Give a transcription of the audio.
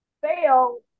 fail